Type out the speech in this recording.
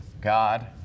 God